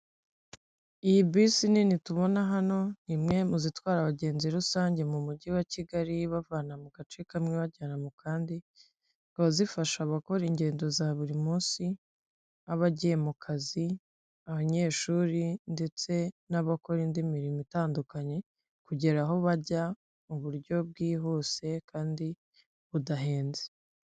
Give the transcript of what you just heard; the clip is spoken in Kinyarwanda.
Iyi bisi nini tubona hano, ni imwe mu zitwara abagenzi rusange mu mujyi wa Kigali ibavana mu gace kamwe ibajyana mu kandi, zikaba zifasha abakora ingendo za buri munsi, nk'abagiye mu kazi, abanyeshuri ndetse n'abakora indi mirimo itandukanye kugera aho bajya mu buryo bwihuse kandi budahenze.